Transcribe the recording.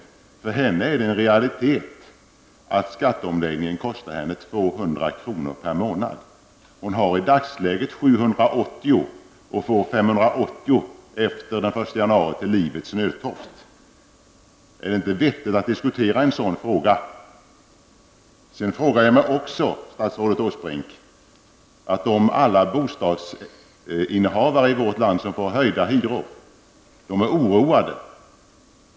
För henne är det en realitet att skatteomläggningen kostar henne 200 kr. per månad. Hon har i dagsläget 780 kr. och får 580 kr. från den 1 januari för livets nödtorft. Är det inte vettigt att diskutera en sådan fråga? Sedan frågade jag också statsrådet Åsbrink om alla bostadsinnehavare i vårt land som får höjda hyror. De är oroade.